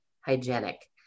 hygienic